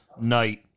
night